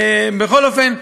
בכל אופן,